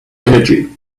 energy